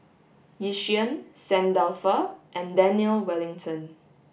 Yishion Saint Dalfour and Daniel Wellington